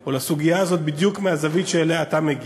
או לסוגיה הזאת בדיוק מהזווית שאליה אתה מגיע.